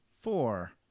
four